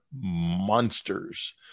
Monsters